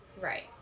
right